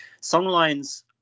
Songlines